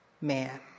man